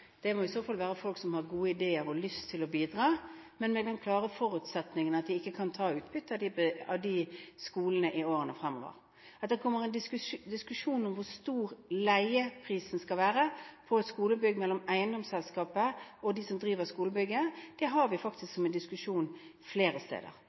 Det må i så fall være folk som har gode ideer og lyst til å bidra – men med den klare forutsetningen at de ikke kan ta utbytte av de skolene i årene fremover. At det er en diskusjon mellom eiendomsselskapet og dem som driver skolebygget om hvor stor leieprisen på et skolebygg skal være, er noe vi faktisk har flere steder. Vi